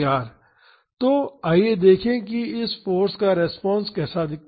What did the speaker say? तो आइए देखें कि इस फाॅर्स का रिस्पांस कैसा दिखता है